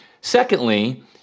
Secondly